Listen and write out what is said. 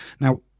Now